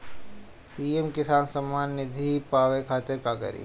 PM Kisan Saman Nidhi पावे खातिर का करी?